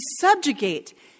subjugate